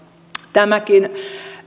tämäkin